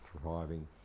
thriving